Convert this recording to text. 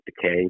decay